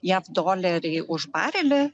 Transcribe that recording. jav doleriai už barelį